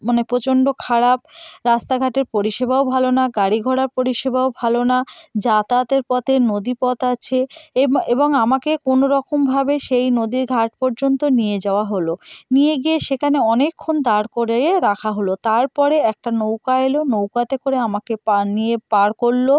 মানে প্রচণ্ড খারাপ রাস্তাঘাটের পরিষেবাও ভালো না গাড়ি ঘোড়ার পরিষেবাও ভালো না যাতায়াতের পথে নদীপথ আছে এবং আমাকে কোনো রকমভাবে সেই নদীঘাট পর্যন্ত নিয়ে যাওয়া হলো নিয়ে গিয়ে সেখনে অনেকক্ষণ দাঁড় করিয়ে রাখা হলো তারপরে একটা নৌকা এলো নৌকাতে করে আমাকে পা নিয়ে পার করলো